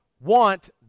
want